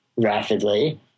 rapidly